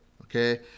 Okay